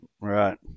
Right